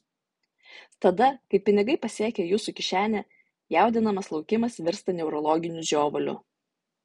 tada kai pinigai pasiekia jūsų kišenę jaudinamas laukimas virsta neurologiniu žiovuliu